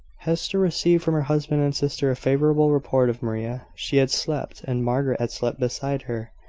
hester received from her husband and sister a favourable report of maria. she had slept, and margaret had slept beside her.